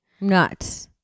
Nuts